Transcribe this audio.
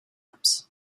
ups